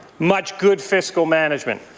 much good fiscal management.